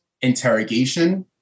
interrogation